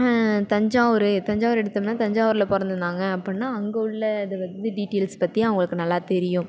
தஞ்சாவூர் தஞ்சாவூர் எடுத்தோம்னால் தஞ்சாவூர்ல பிறந்துருந்தாங்க அப்புடின்னா அங்கே உள்ள இது வந்து டீடியல்ஸ் பற்றி அவங்களுக்கு நல்லா தெரியும்